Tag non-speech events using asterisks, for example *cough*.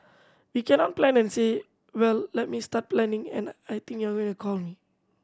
we cannot plan and say well let me start planning and I think you are *unintelligible* to call me